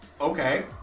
Okay